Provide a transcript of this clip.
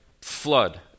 flood